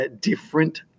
different